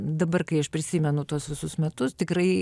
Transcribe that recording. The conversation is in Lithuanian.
dabar kai aš prisimenu tuos visus metus tikrai